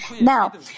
Now